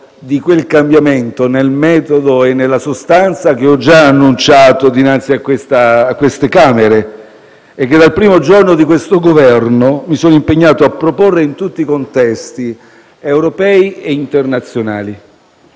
di quel cambiamento, nel metodo e nella sostanza, che ho annunciato dinanzi alle Camere e che, dal primo giorno di questo Governo, mi sono impegnato a proporre in tutti i contesti internazionali